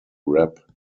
rep